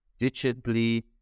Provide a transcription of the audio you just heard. digitally